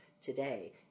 today